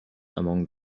among